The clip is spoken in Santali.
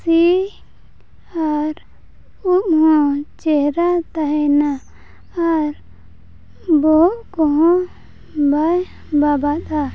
ᱥᱤ ᱟᱨ ᱩᱵ ᱦᱚᱸ ᱪᱮᱦᱨᱟ ᱛᱟᱦᱮᱱᱟ ᱟᱨ ᱵᱚᱦᱚᱜ ᱠᱚᱦᱚᱸ ᱵᱟᱭ ᱵᱟᱵᱟᱫᱼᱟ